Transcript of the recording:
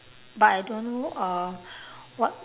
but I don't know uh what